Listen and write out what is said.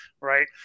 Right